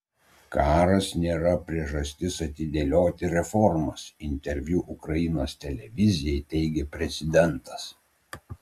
karas nėra priežastis atidėlioti reformas interviu ukrainos televizijai teigė prezidentas